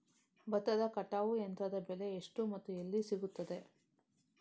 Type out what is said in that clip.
ಭತ್ತದ ಕಟಾವು ಯಂತ್ರದ ಬೆಲೆ ಎಷ್ಟು ಮತ್ತು ಎಲ್ಲಿ ಸಿಗುತ್ತದೆ?